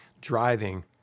driving